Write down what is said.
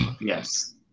Yes